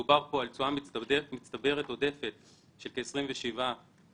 מדובר פה על תשואה מצטברת עודפת של כ-27.3%,